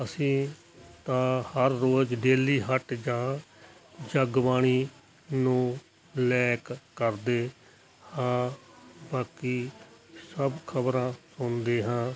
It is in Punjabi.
ਅਸੀਂ ਤਾਂ ਹਰ ਰੋਜ਼ ਡੇਲੀ ਹੱਟ ਜਾਂ ਜਗ ਬਾਣੀ ਨੂੰ ਲੈਕ ਕਰਦੇ ਹਾਂ ਬਾਕੀ ਸਭ ਖ਼ਬਰਾਂ ਸੁਣਦੇ ਹਾਂ